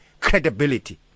credibility